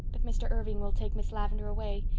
but mr. irving will take miss lavendar away.